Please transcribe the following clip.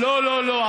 לא לא לא,